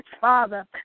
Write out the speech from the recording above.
Father